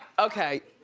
okay.